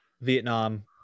vietnam